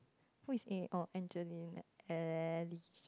who is A oh Angeline Ali~